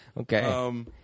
Okay